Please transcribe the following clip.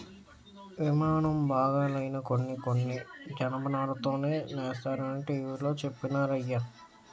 యిమానం బాగాలైనా కొన్ని కొన్ని జనపనారతోనే సేస్తరనీ టీ.వి లో చెప్పినారయ్య